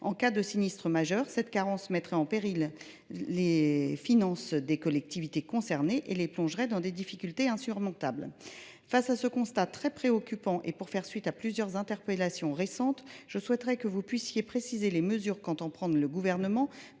En cas de sinistre majeur, cette carence mettrait en péril financier les collectivités concernées et les plongerait dans des difficultés insurmontables. Face à ce constat très préoccupant, et pour faire suite à plusieurs interpellations récentes, pouvez vous préciser quelles mesures le Gouvernement